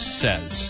says